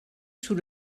sous